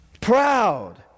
Proud